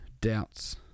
doubts